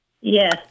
Yes